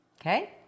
Okay